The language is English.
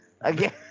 Again